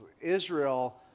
Israel